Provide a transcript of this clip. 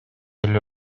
эле